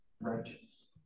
righteous